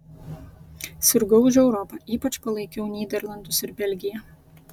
sirgau už europą ypač palaikiau nyderlandus ir belgiją